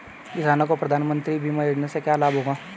किसानों को प्रधानमंत्री बीमा योजना से क्या लाभ होगा?